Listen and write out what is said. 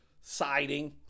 Siding